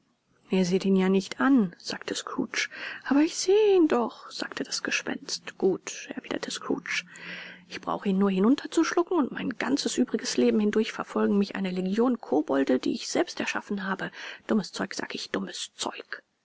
ihr seht ihn ja nicht an sagte scrooge aber ich sehe ihn doch sagte das gespenst gut erwiderte scrooge ich brauche ihn nur hinunterzuschlucken und mein ganzes übriges leben hindurch verfolgen mich eine legion kobolde die ich selbst erschaffen habe dummes zeug sag ich dummes zeug